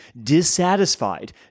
dissatisfied